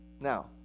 Now